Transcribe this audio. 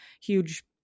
huge